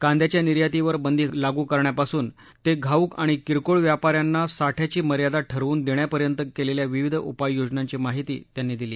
कांद्याच्या निर्यातीवर बंदी लागू करण्यापासून ते घाऊक आणि किरकोळ व्यापा यांना साठ्याची मर्यादा ठरवून देण्यापर्यंत केलेल्या विविध उपाययोजनांची माहिती त्यांनी दिली